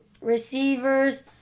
receivers